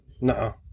no